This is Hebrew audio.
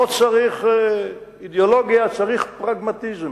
לא צריך אידיאולוגיה, צריך פרגמטיזם.